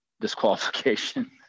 disqualification